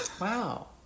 wow